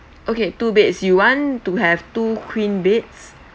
okay two beds you want to have two queen beds